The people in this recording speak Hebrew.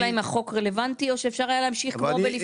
החוק רלוונטי או שאפשר היה להמשיך כמו קודם?